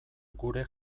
gure